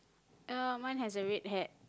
uh mine has a red hat